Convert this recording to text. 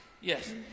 Yes